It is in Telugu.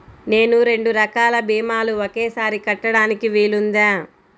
నేను రెండు రకాల భీమాలు ఒకేసారి కట్టడానికి వీలుందా?